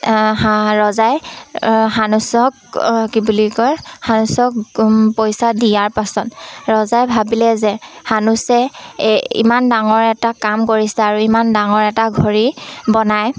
ৰজাই সানুচক কি বুলি কয় সানুচক পইচা দিয়াৰ পাছত ৰজাই ভাবিলে যে সানুচে এই ইমান ডাঙৰ এটা কাম কৰিছে আৰু ইমান ডাঙৰ এটা ঘড়ী বনায়